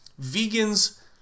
vegans